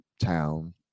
town